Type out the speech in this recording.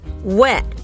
Wet